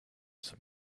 some